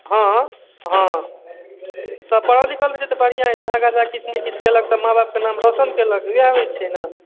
हँ हँ तऽ पढ़ल लिखल रहै छै तऽ बढ़िआँ होइ छै आगाँ जा कऽ किछु ने किछु केलक तऽ माँ बापके नाम रौशन केलक उएह होइ छै ने